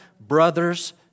brothers